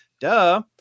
Duh